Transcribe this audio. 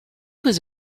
was